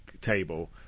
table